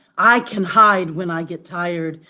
i can hide when i get tired.